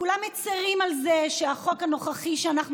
כולם מצירים על זה שהחוק הנוכחי שאנחנו